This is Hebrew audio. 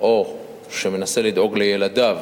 או מנסה לדאוג לילדיו